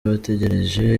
bategereje